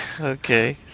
okay